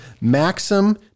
Maxim